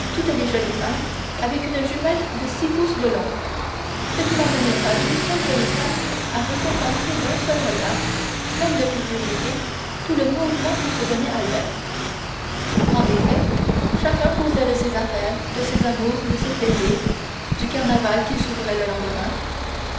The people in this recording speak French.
toutes les jolies femmes avec une jumelle de six pouces de long ce qui n'amenait pas une seule jolie femme à récompenser d'un seul regard même de curiosité tout le mouvement que se donnait albert en effet chacun causait de ses affaires de ses amours de ses plaisirs du carnaval qui s'ouvrait le lendemain